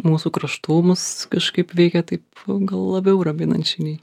mūsų kraštų mus kažkaip veikia taip gal labiau raminančiai nei